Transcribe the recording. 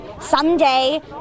someday